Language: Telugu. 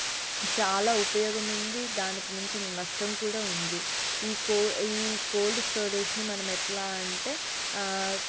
చాలా ఉపయోగముంది దానికి మించిన నష్టం కూడా ఉంది ఈ కో ఈ కోల్డ్ స్టోరేజ్ని మనం ఎట్లా అంటే